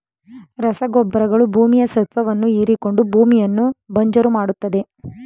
ರಸಗೊಬ್ಬರಗಳು ಭೂಮಿಯ ಸತ್ವವನ್ನು ಹೀರಿಕೊಂಡು ಭೂಮಿಯನ್ನು ಬಂಜರು ಮಾಡತ್ತದೆ